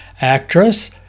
Actress